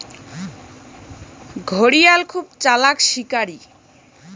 ঘড়িয়াল খুব চালাক শিকারী